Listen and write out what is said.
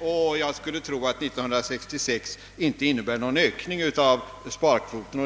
och jag skulle tro att 1966 inte medför någon ökning av sparkvoten.